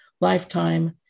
lifetime